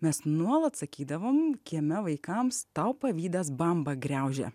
mes nuolat sakydavome kieme vaikams tau pavydas bambą griaužia